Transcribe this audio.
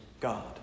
God